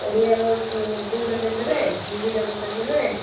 ଓଡ଼ିଆର ଦୁଇ ବଣ୍ଡଲ୍ ଦେବେ ହିନ୍ଦୀର ଗୋଟେ ଦେବେ